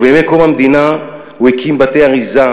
ובימי קום המדינה הוא הקים בתי-אריזה